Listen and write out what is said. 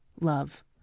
Love